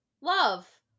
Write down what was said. Love